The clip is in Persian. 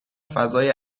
فضای